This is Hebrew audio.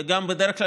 ובדרך כלל,